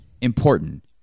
important